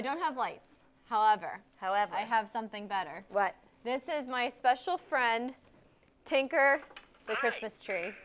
i don't have lights however however i have something better but this is my special friend tinker the christmas tree